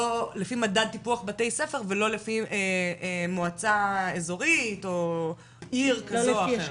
לפי מדד טיפוח בתי ספר ולא לפי מועצה אזורית או עיר כזאת או אחרת.